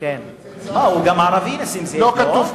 נסים זאב הוא גם ערבי, לא?